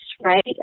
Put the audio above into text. right